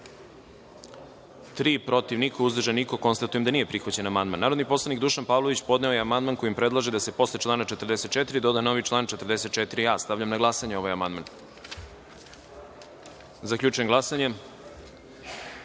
protiv – niko, uzdržan – niko. Konstatujem da nije prihvaćen amandman. Narodi poslanik Dušan Pavlović podneo je amandman kojim predlaže da se posle člana 44. doda novi član 44a.Stavljam na glasanje ovaj amandman. Zaključujem glasanje: